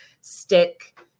stick